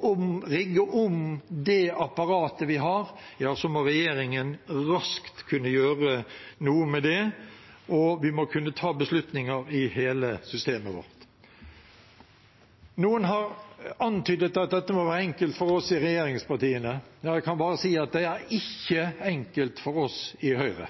om det apparatet vi har, ja, så må regjeringen raskt kunne gjøre noe med det, og vi må kunne ta beslutninger i hele systemet vårt. Noen har antydet at dette var enkelt for oss i regjeringspartiene. Jeg kan bare si at det ikke er enkelt for oss i Høyre.